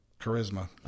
charisma